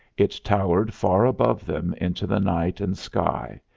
it towered far above them into the night and sky,